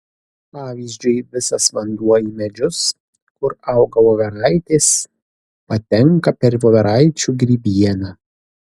pavyzdžiui visas vanduo į medžius kur auga voveraitės patenka per voveraičių grybieną